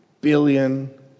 billion